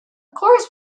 course